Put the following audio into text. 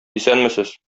исәнмесез